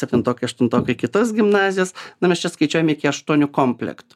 septintokai aštuntokai kitos gimnazijas na mes čia skaičiuojam iki aštuonių komplektų